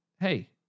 hey